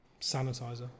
Sanitizer